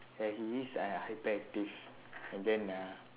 ya he is uh hyperactive and then uh